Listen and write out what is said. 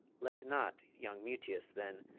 let not young mutius, then,